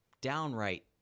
downright